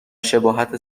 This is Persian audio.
شباهت